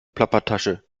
plappertasche